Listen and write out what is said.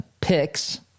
picks